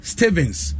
Stevens